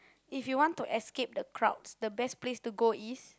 if you want to escape the crowds the best place to go is